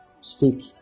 speak